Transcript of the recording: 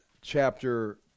chapter